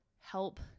help